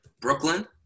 Brooklyn